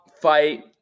fight